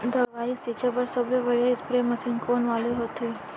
दवई छिंचे बर सबले बढ़िया स्प्रे मशीन कोन वाले होथे?